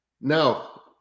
now